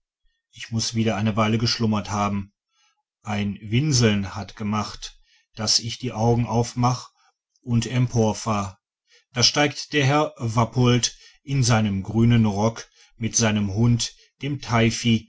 ich muß wieder eine weile geschlummert haben ein winseln hat gemacht daß ich die augen aufmach und emporfahr da steigt der herr wappolt in seinem grünen rock mit seinem hund dem teifi